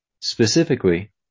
Specifically